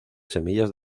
semillas